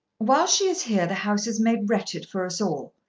while she is here the house is made wretched for us all.